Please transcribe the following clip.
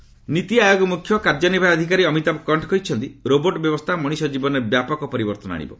WEF NITI Aayog ମୁଖ୍ୟ କାର୍ଯ୍ୟ ନିର୍ବାହୀ ଅଧିକାରୀ ଅମିତାଭ କଣ୍ଠ କହିଛନ୍ତି ରୋବର୍ଟ୍ ବ୍ୟବସ୍ଥା ମଣିଷ କ୍ଜୀବନରେ ବ୍ୟାପକ ପରିବର୍ଭନ ଆଣିବ